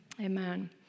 Amen